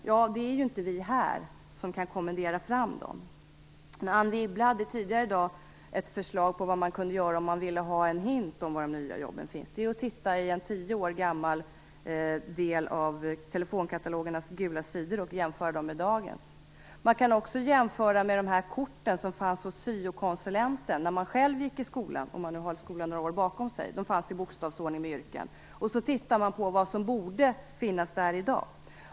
Det är inte vi som kan kommendera fram dem. Anne Wibble hade tidigare i dag ett förslag på vad man kan göra om man vill ha en aning om var de nya jobben finns. Man kan titta i en tio år gammal del av telefonkatalogernas gula sidor och jämföra den med dagens. Man kan också jämföra med de kort som fanns hos syo-konsulenten när man själv gick i skolan, om man nu har skolan några år bakom sig. De fanns i bokstavsordning på yrken. Man kan titta på vad som borde finns där i dag.